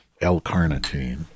L-carnitine